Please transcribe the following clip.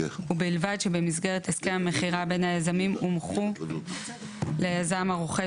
ובלבד שבמסגרת הסכם המכירה בין היזמים הומחו ליזם הרוכש